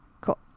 Cool